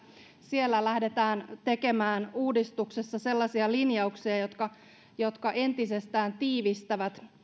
siellä lähdetään tekemään uudistuksessa sellaisia linjauksia jotka jotka entisestään tiivistävät